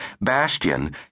Bastion